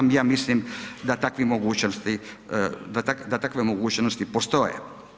Evo ja mislim da takvih mogućnosti, da takve mogućnosti postoje.